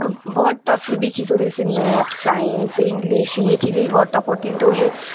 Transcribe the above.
آب بہت ٹف بھی چیزیں ہوتی ہے جیسے میتھ سائنس انگلش یہ چیزیں بی بہت ٹف ہوتی ہیں تو یہ